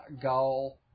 goal